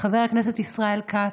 חבר הכנסת ישראל כץ,